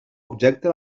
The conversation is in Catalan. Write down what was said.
objecte